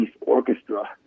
orchestra